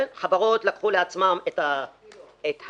חברות לקחו לעצמן את ההחלטה